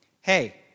Hey